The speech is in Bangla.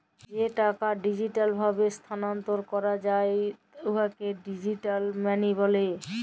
যে টাকা ডিজিটাল ভাবে ইস্থালাল্তর ক্যরা যায় উয়াকে ডিজিটাল মালি ব্যলে